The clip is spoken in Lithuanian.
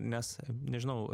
nes nežinau